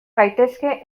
gaitezke